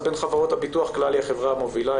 בין חברות הביטוח כלל היא החברה המובילה,